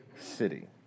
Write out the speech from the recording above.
city